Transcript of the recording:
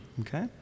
Okay